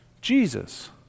Jesus